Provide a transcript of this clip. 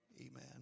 Amen